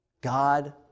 God